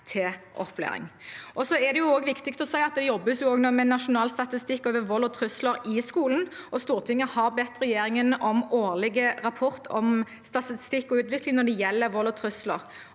Det er også viktig å si at det jobbes med en nasjonal statistikk over vold og trusler i skolen, og Stortinget har bedt regjeringen om årlige rapporter om statistikk og utvikling når det gjelder vold og trusler.